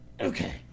Okay